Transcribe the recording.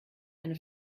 eine